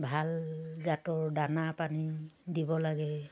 ভাল জাতৰ দানা পানী দিব লাগে